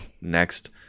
next